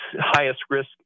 highest-risk